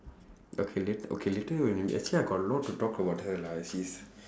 okay la~ okay later when we actually I got a lot to talk about her lah she's